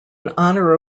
honor